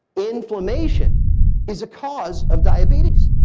inflammation is a cause of diabetes.